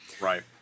Right